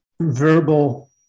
verbal